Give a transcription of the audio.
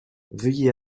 veuillez